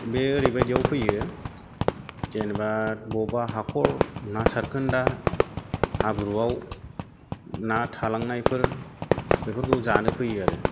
बे ओरैबायदियाव फैयो जेनेबा बबेबा हाखर ना सारखोन्दा हाब्रुआव ना थालांनायफोर बेफोरखौ जानो फैयो आरो